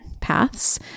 paths